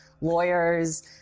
lawyers